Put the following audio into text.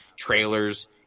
trailers